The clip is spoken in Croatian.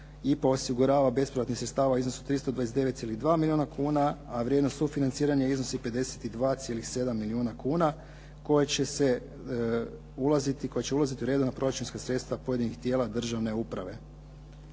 IPA osigurava bespovratnih sredstava u iznosu 329,2 milijuna kuna, a vrijednost sufinanciranja iznosi 52,7 milijuna kuna koje će se, ulaziti, koja će ulaziti u redovna proračunska sredstva pojedinih tijela državne uprave.